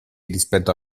rispetto